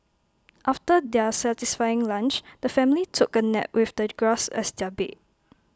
after their satisfying lunch the family took A nap with the grass as their bed